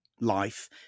life